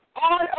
on